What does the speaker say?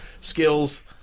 skills